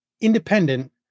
independent